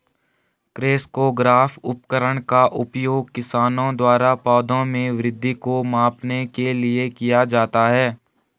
crescograph उपकरण का उपयोग किसानों द्वारा पौधों में वृद्धि को मापने के लिए किया जाता है